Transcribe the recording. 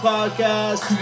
Podcast